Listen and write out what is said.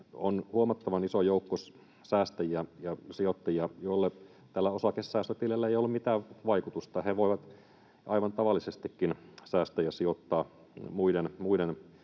on huomattavan iso joukko säästäjiä ja sijoittajia, joille tällä osakesäästötilillä ei ole mitään vaikutusta, he voivat aivan tavallisestikin säästää ja sijoittaa muiden,